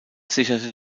sicherte